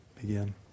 begin